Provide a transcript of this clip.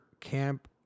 camp